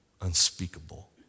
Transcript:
Unspeakable